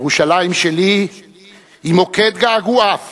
"ירושלים שלי היא מוקד געגועיו